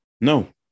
No